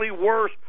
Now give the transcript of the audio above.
worse